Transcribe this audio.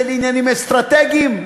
זה לעניינים אסטרטגיים.